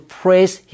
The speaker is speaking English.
praise